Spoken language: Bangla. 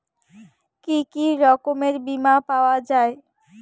কি কি রকমের বিমা পাওয়া য়ায়?